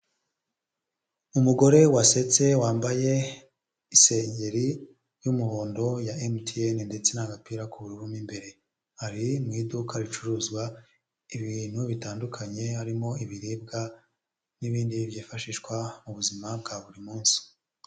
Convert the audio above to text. Umugore wasetse wambaye isengeri y'umuhondo ya mtn ndetse n'agapira k'ubururu mu imbere. Ari mu iduka ricuruzwa ibintu bitandukanye harimo ibiribwa n'ibindi byifashishwa mu buzima bwa buri munsi.